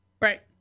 Right